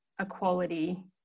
equality